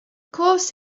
course